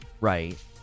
right